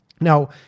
Now